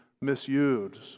misused